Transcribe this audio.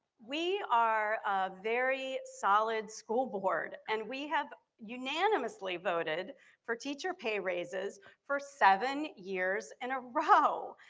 we are a very solid school board. and we have unanimously voted for teacher pay raises for seven years in a row.